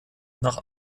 nach